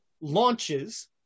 launches